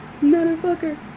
Motherfucker